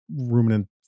ruminant